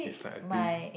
it's like I think